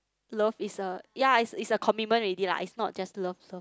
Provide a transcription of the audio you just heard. love is a ya is is a commitment already lah it's not just love